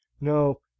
no